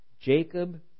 Jacob